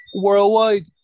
worldwide